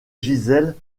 gisèle